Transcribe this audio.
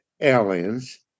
aliens